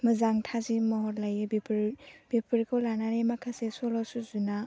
मोजां थाजिम महर लायो बेफोर बेफोरखौ लानानै माखासे सल' सुजुना